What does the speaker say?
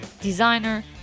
designer